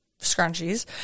scrunchies